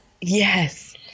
Yes